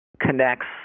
connects